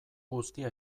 guztia